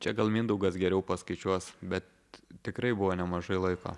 čia gal mindaugas geriau paskaičiuos bet tikrai buvo nemažai laiko